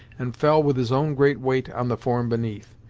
and fell with his own great weight on the form beneath.